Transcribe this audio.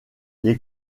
les